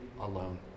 alone